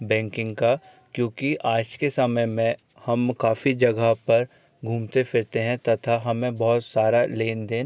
banking का क्योंकि आज के समय में हम काफ़ी जगह पर घूमते फिरते हैं तथा हमें बहुत सारा लेन देन